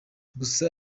gusa